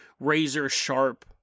razor-sharp